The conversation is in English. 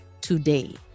today